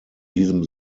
diesem